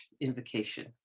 invocation